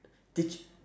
did